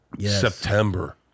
September